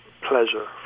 pleasure